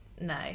no